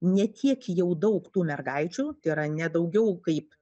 ne tiek jau daug tų mergaičių tai yra ne daugiau kaip